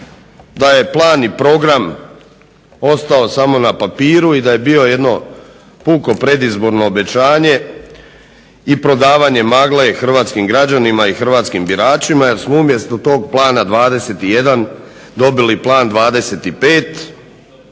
da je plan i program ostao samo na papiru i da je bio jedno puko predizborno obećanje i prodavanje magle hrvatskim građanima i hrvatskim biračima jer smo umjesto tog plana 21 dobili plan 25,